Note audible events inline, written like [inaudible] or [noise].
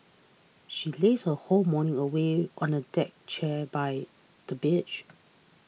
she lazed her whole morning away on a deck chair by the beach [noise]